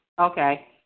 Okay